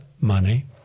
money